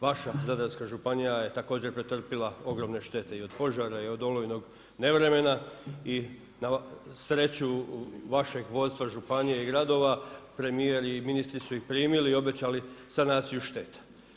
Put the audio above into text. Vaša zadarska županija je također pretrpila ogromne štete i od požara i od olujnog nevremena i na sreću vašeg vodstva županije i gradova, premijer i ministri su ih primili, obećali sanaciju štete.